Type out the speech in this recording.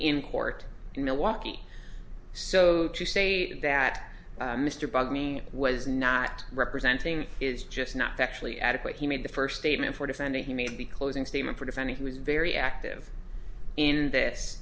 in court in milwaukee so to say that mr bugged me was not representing is just not that actually adequate he made the first statement for defendant he may be closing statement for defending he was very active in this